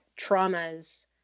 traumas